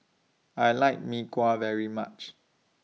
I like Mee Kuah very much